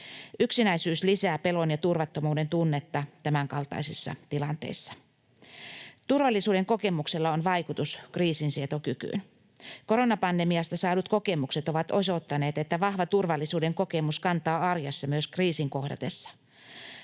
Yksinäisyys lisää pelon ja turvattomuuden tunnetta tämänkaltaisissa tilanteissa. Turvallisuuden kokemuksella on vaikutus kriisinsietokykyyn. Koronapandemiasta saadut kokemukset ovat osoittaneet, että vahva turvallisuuden kokemus kantaa arjessa myös kriisin kohdatessa.